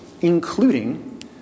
including